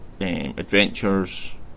adventures